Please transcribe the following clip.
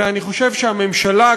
ואני חושב שהממשלה,